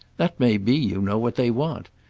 that may be, you know, what they want.